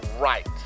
right